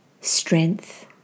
Strength